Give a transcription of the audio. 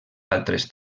altres